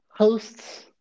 hosts